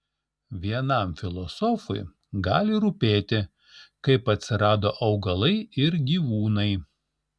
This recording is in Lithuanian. vienam filosofui gali rūpėti kaip atsirado augalai ir gyvūnai